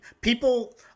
People –